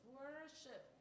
worship